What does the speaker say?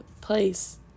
place